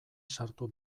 sartu